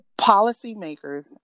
policymakers